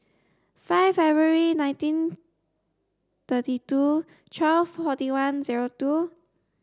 five February nineteen thirty two twelve forty one zero two